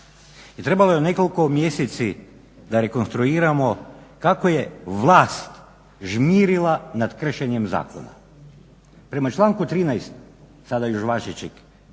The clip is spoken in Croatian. trebalo je nekoliko mjeseci da rekonstruiramo kako je vlast žmirila nad kršenjem zakona. Prema članku 13.sada još važećeg